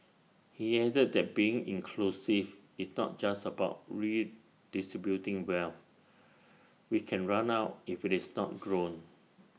he added that being inclusive is not just about redistributing wealth which can run out if IT is not grown